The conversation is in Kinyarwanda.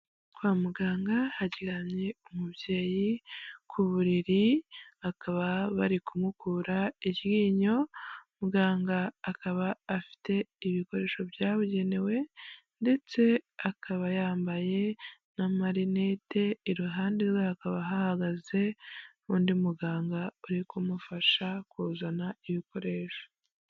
Kwa muganga haryamye umubyeyi ku buriri akaba bari kumukura iryinyo muganga akaba afite ibikoresho byabugenewe ndetse akaba yambaye n'amarinete iruhande rwe hakaba hahagaze n'undi muganga uri kumufasha kuzana ibikoresho.